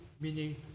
Meaning